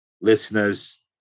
listeners